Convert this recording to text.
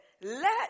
let